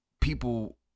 people